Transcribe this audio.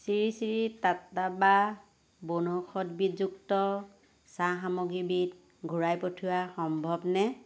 শ্ৰী শ্ৰী টাট্টাৱা বনৌষধিযুক্ত চাহ সামগ্ৰীবিধ ঘূৰাই পঠিওৱা সম্ভৱনে